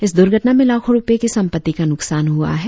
इस दुर्घटना में लाखों रुपए की संपत्ति का नुकसान हुआ है